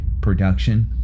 production